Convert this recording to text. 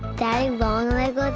daddy long legs